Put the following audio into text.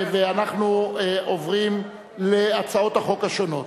אנחנו עוברים להצעות החוק השונות.